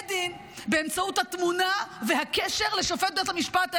עורכי דין באמצעותו התמונה והקשר לשופט המכהן בבית המשפט העליון.